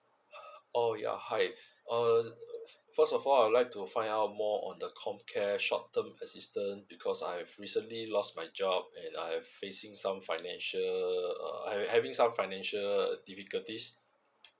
oh ya hi err first of all I would like to find out more on the comcare short term assistance because I've recently lost my job and I facing some financial uh uh I I having some financial difficulties